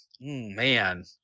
man